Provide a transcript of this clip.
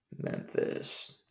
Memphis